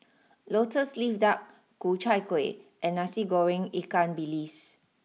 Lotus leaf Duck Ku Chai Kuih and Nasi Goreng Ikan bilis